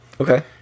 Okay